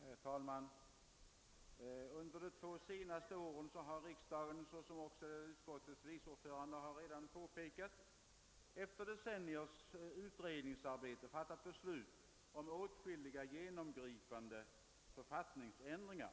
Herr talman! Under de två senaste åren har riksdagen — såsom redan utskottets vice ordförande har påpekat — efter decenniers utredningsarbete fattat beslut om åtskilliga genomgripande författningsändringar,